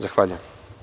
Zahvaljujem.